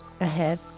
ahead